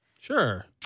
Sure